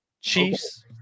Chiefs